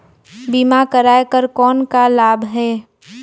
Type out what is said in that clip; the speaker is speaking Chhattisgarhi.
बीमा कराय कर कौन का लाभ है?